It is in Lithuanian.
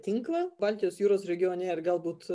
tinklą baltijos jūros regione ir galbūt